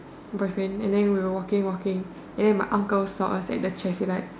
boyfriend and then we were walking walking and then my uncle saw us at the traffic light